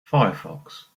firefox